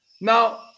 now